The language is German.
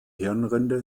hirnrinde